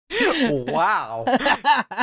Wow